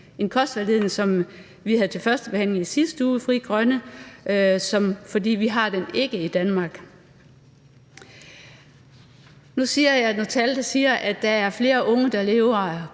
vi i Frie Grønne havde til førstebehandling i sidste uge, for vi har den ikke i Danmark. Nu nævner jeg nogle tal, som siger, at der er flere unge, der lever